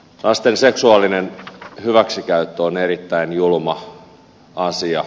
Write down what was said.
lasten seksuaalinen hyväksikäyttö on erittäin julma asia